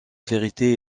vérité